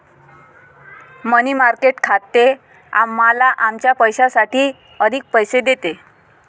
मनी market खाते आम्हाला आमच्या पैशासाठी अधिक पैसे देते